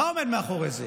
מה עומד מאחורי זה?